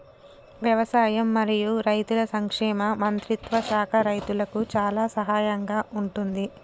వ్యవసాయం మరియు రైతుల సంక్షేమ మంత్రిత్వ శాఖ రైతులకు చాలా సహాయం గా ఉంటుంది